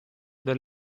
the